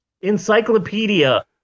encyclopedia